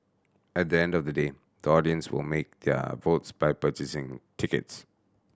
at end of the day the audience will make their votes by purchasing tickets